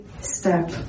step